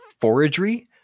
foragery